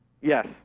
Yes